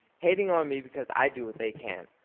hating on me because i do what they can't.